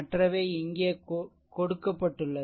மற்றவை இங்கே கொடுக்கப்பட்டுள்ளது